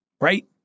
Right